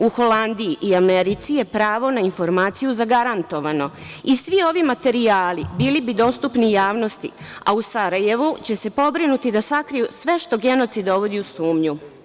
U Holandiji i Americi je pravo na informaciju zagarantovano i svi ovi materijali bili bi dostupni javnosti, a u Sarajevu će se pobrinuti da sakriju sve što genocid dovodi u sumnju.